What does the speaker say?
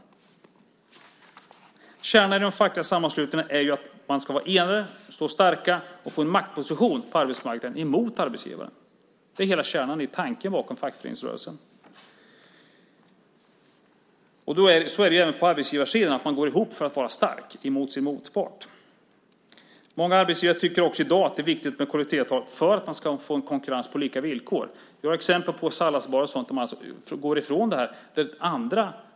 Kärnan i de fackliga sammanslutningarna är att man ska vara enad, stå stark och få en maktposition på arbetsmarknaden mot arbetsgivaren. Det är hela kärnan i tanken bakom fackföreningsrörelsen. Så är det även på arbetsgivarsidan; man går ihop för att vara stark mot sin motpart. Många arbetsgivare tycker i dag att det är viktigt med kollektivavtal för att man ska få konkurrens på lika villkor. Vi har exempel på salladsbarer och sådant där man går ifrån detta.